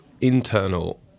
internal